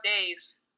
days